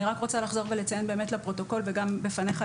אני רק רוצה לחזור ולציין באמת לפרוטוקול וגם בפניך,